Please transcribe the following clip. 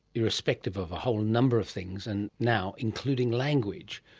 irrespective of a whole number of things, and now including language.